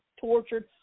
tortured